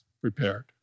prepared